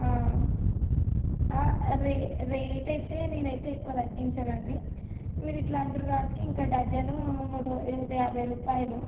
rate rate అయితే నేనైతే ఎక్కువ తగ్గించను అండి మీరు ఇట్లా అంటుర్రు కాబట్టి ఒక డజను నూట యాభై రూపాయలు